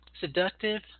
seductive